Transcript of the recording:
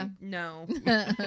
no